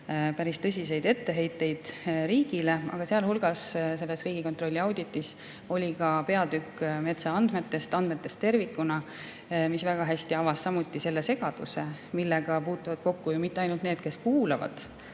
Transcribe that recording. päris tõsiseid etteheiteid. Aga sealhulgas oli selles Riigikontrolli auditis peatükk metsaandmetest, andmetest tervikuna, mis samuti väga hästi avas selle segaduse, millega ei puutu kokku ju mitte ainult need, kes kuulavad,